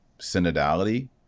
synodality